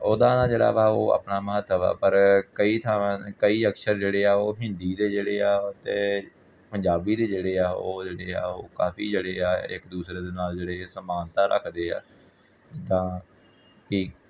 ਉਹਦਾ ਨਾ ਜਿਹੜਾ ਵਾ ਉਹ ਆਪਣਾ ਮਹੱਤਵ ਆ ਪਰ ਕਈ ਥਾਵਾਂ ਕਈ ਅਕਸ਼ਰ ਜਿਹੜੇ ਆ ਉਹ ਹਿੰਦੀ ਦੇ ਜਿਹੜੇ ਆ ਅਤੇ ਪੰਜਾਬੀ ਦੇ ਜਿਹੜੇ ਆ ਉਹ ਜਿਹੜੇ ਆ ਉਹ ਕਾਫੀ ਜਿਹੜੇ ਆ ਇੱਕ ਦੂਸਰੇ ਦੇ ਨਾਲ ਜਿਹੜੇ ਸਮਾਨਤਾ ਰੱਖਦੇ ਆ ਜਿੱਦਾਂ ਕਿ